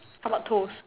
how bout toes